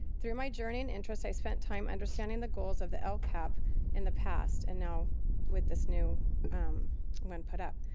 through my journey and interest, i spent time understanding the goals of the lcap in the past, and now with this new one put up.